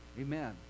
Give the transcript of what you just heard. Amen